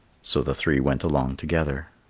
so the three went along together.